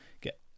get